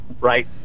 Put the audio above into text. right